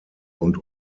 und